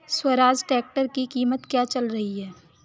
Swaraj tractor की कीमत क्या चल रही है?